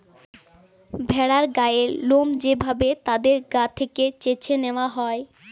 ভেড়ার গায়ের লোম যে ভাবে তাদের গা থেকে চেছে নেওয়া হয়